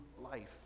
life